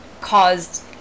caused